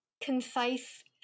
concise